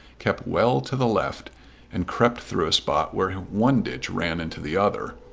kept well to the left and crept through a spot where one ditch ran into the other,